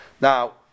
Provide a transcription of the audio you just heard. Now